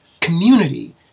community